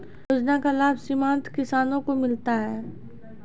योजना का लाभ सीमांत किसानों को मिलता हैं?